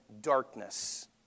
darkness